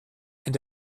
and